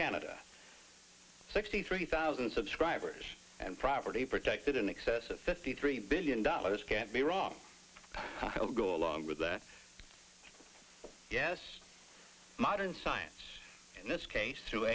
canada sixty three thousand subscribers and property protected in excess of fifty three billion dollars can't be wrong i'll go along with that yes modern science in this case through